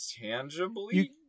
tangibly